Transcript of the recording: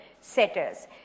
setters